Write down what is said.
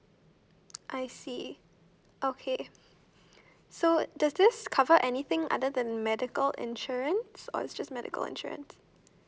I see okay so does this cover anything other than medical insurance or it's just medical insurance